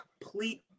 complete